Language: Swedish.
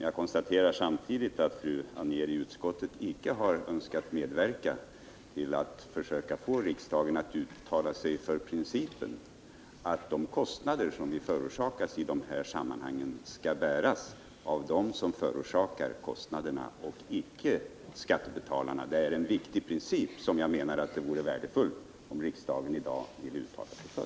Jag konstaterar samtidigt att fru Anér i utskottet icke har önskat medverka till att försöka få riksdagen att uttala sig för principen att de kostnader som vi förorsakas i de här sammanhangen skall bäras av dem som förorsakar kostnaderna och icke av skattebetalarna. Det är en viktig princip som jag menar att det vore värdefullt om riksdagen i dag ville uttala sig för.